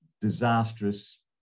disastrous